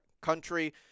country